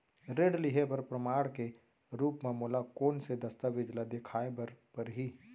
ऋण लिहे बर प्रमाण के रूप मा मोला कोन से दस्तावेज ला देखाय बर परही?